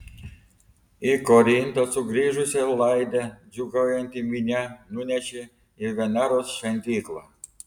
į korintą sugrįžusią laidę džiūgaujanti minia nunešė į veneros šventyklą